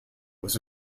was